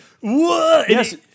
Yes